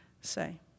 say